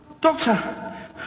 Doctor